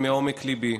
(תיקון),